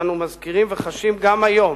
שאנו מזכירים וחשים גם היום